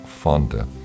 fonder